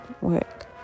work